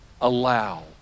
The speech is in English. allow